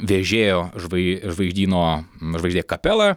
vežėjo žvai žvaigždyno žvaigždė kapela